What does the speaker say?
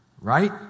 right